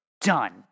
done